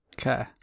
Okay